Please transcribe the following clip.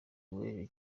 w’ejo